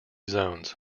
zones